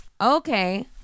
Okay